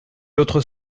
l’autre